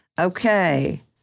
Okay